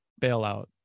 bailout